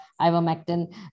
ivermectin